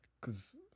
Cause